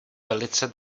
velice